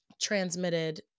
transmitted